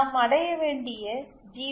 நாம் அடைய வேண்டிய ஜி